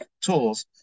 tools